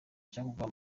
cyangwa